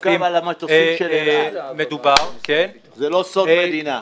זה מורכב על המטוסים של אל על, זה לא סוד מדינה.